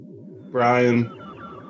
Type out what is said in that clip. Brian